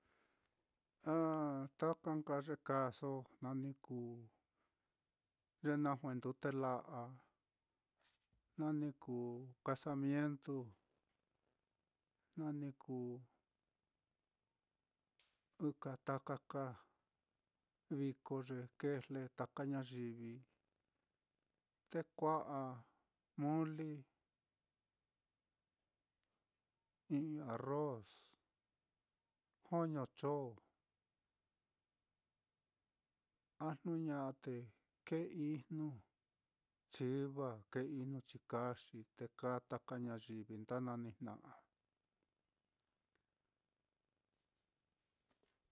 Ah taka nka ye kaaso jna ni kuu, ya na juendute la'a, jna ni kuu casamientu, jna ni kuu ika taka ka viko ye kijle taka ñayivi, te kua'a muli i'i arroz, joño chon a jnu ña'a te kēē ijnu chiva, kēē ijnu chikaxi, te kaa taka ñayivi nda nanijna'a.